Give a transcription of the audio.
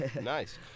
nice